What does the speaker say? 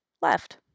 left